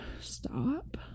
Stop